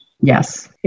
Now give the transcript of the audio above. Yes